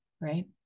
right